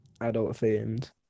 adult-themed